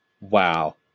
Wow